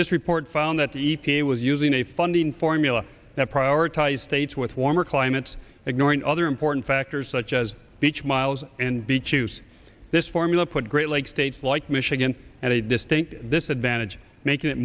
this report found that the e p a was using a funding formula that prioritize states with warmer climates ignoring other important factors such as beach miles and beach use this formula put great lakes states like michigan and a distinct this advantage making it